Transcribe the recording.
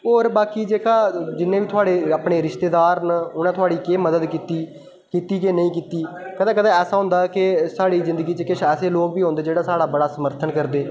होर बाकी जेह्का जि'न्ने बी थुआढ़े अपने रिश्तेदार न उ'नें थुआढ़ी केह् मदद कीती कीती कि नेईं कीती कदें कदें ऐसा होंदा कि साढ़ी जिन्दगी बिच किश ऐसे लोग बी होंदे जेह्डे साढ़ा बड़ा समर्थन करदे